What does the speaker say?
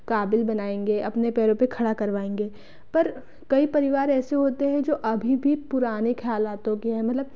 काबिल बनाएँगे अपने पैरों पर खड़ा करवाएँगे पर कई परिवार ऐसे होते हैं जो अभी भी पुराने ख्यालातों के हैं मतलब